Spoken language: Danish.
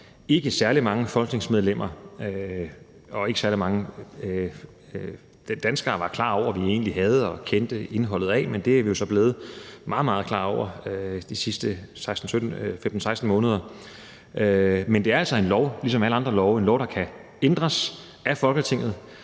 ikke særlig mange folketingsmedlemmer og ikke særlig mange danskere egentlig var klar over vi havde og kendte indholdet af, men det er vi så blevet meget, meget klar over de sidste 15-16 måneder. Men det er altså en lov, der ligesom alle andre love kan ændres af Folketinget,